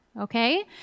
okay